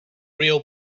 real